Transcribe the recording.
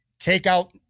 takeout